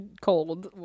cold